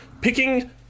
picking